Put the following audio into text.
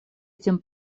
этим